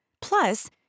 Plus